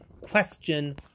question